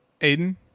Aiden